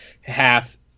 half